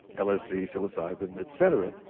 lsd, psilocybin, etcetera